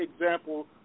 example